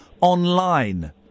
online